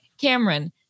Cameron